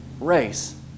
race